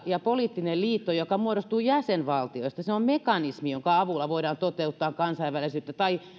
ja poliittinen liitto joka muodostuu jäsenvaltioista se on mekanismi jonka avulla voidaan toteuttaa kansainvälisyyttä tai